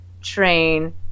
train